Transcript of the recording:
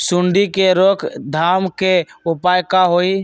सूंडी के रोक थाम के उपाय का होई?